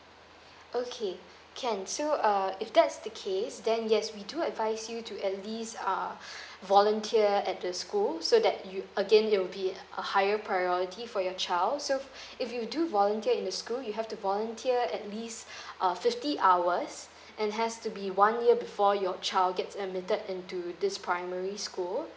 okay can so uh if that's the case then yes we do advise you to at least uh volunteer at the school so that you again there will be a higher priority for your child so if you do volunteer in the school you have to volunteer at least uh fifty hours and has to be one year before your child gets admitted into this primary school